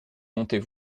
monter